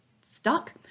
stuck